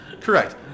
Correct